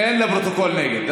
אין לפרוטוקול נגד.